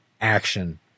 action